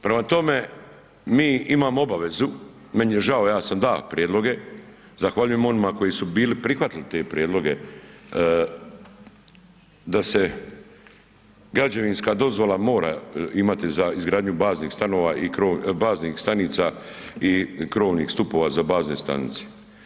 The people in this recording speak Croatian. Prema tome, mi imamo obavezu, meni je žao, ja sam da' prijedloge, zahvaljujem onima koji su bili prihvatili te prijedloge da se građevinska dozvola mora imati za izgradnju baznih stanova i krovova, baznih stanica i krovnih stupova za bazne stanice.